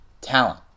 talent